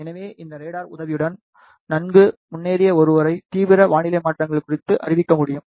எனவே இந்த ரேடார் உதவியுடன் நன்கு முன்னேறிய ஒருவரை தீவிர வானிலை மாற்றங்கள் குறித்து அறிவிக்க முடியும்